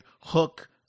hook